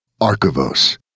Archivos